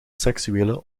seksuele